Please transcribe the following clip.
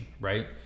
right